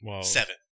Seven